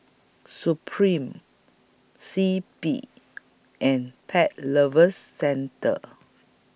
Supreme C P and Pet Lovers Centre